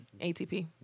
ATP